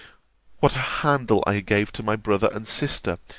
what a handle i gave to my brother and sister,